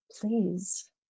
Please